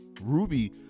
Ruby